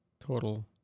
total